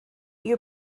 your